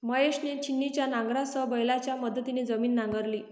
महेशने छिन्नीच्या नांगरासह बैलांच्या मदतीने जमीन नांगरली